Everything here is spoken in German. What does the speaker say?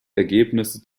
ergebnisse